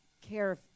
care